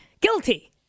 Guilty